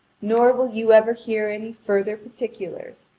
nor will you ever hear any further particulars,